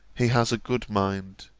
he has a good mind.